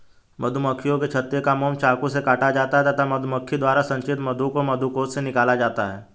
मधुमक्खियों के छत्ते का मोम चाकू से काटा जाता है तथा मधुमक्खी द्वारा संचित मधु को मधुकोश से निकाला जाता है